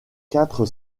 quatre